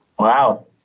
wow